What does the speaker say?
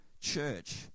church